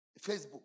Facebook